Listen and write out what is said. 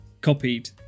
Copied